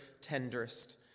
tenderest